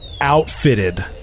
outfitted